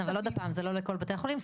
אבל זה לא לכל בתי החולים.